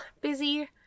busy